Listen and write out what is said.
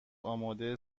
آماده